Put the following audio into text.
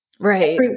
Right